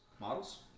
Models